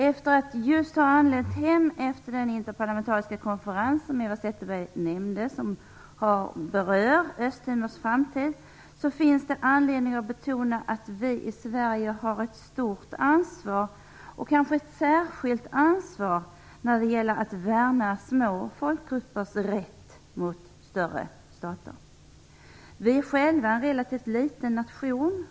Efter att just ha anlänt hem efter den interparlamentariska konferens, som Eva Zetterberg nämnde, som berörde Östtimors framtid, finner jag det vara anledning att betona att vi i Sverige har ett stort ansvar och kanske ett särskilt ansvar när det gäller att värna små folkgruppers rätt mot större stater. Vi är själva en relativt liten nation.